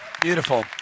Beautiful